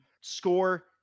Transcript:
score